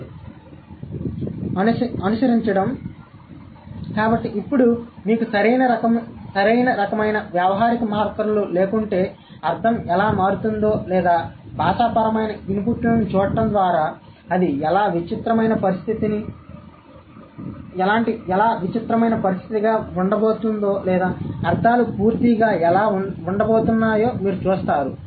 అనుసరించడం కాబట్టి ఇప్పుడు మీకు సరైన రకమైన వ్యావహారిక మార్కర్లు లేకుంటే అర్థం ఎలా మారుతుందో లేదా భాషాపరమైన ఇన్పుట్లను చూడటం ద్వారా అది ఎలా విచిత్రమైన పరిస్థితిగా ఉండబోతుందో లేదా అర్థాలు పూర్తిగా ఎలా ఉండబోతున్నాయో మీరు చూస్తారు